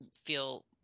feel